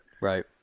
Right